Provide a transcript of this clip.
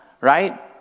Right